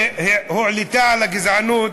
שהועלתה לגבי הגזענות,